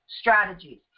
strategies